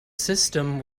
system